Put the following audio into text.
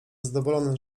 zadowolony